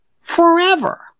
forever